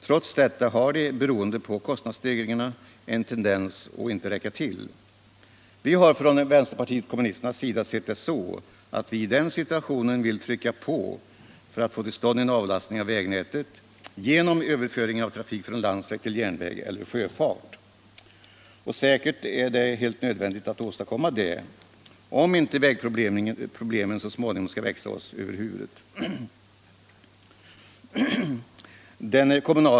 Trots detta har de, beroende på kostnadsstegringarna, en tendens att inte räcka till. Vänsterpartiet kommunisterna vill i den situationen trycka på för att få till stånd en avlastning av vägnätet genom överföring av trafik från landsväg till järnväg eller sjöfart. Säkert är det helt nödvändigt att åstadkomma en sådan överföring, om inte vägproblemen så småningom skall växa oss över huvudet.